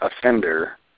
offender